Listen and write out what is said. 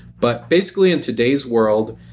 but basically in today's world,